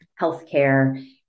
healthcare